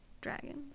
Dragons